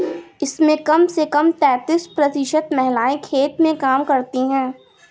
इसमें कम से कम तैंतीस प्रतिशत महिलाएं खेत में काम करती हैं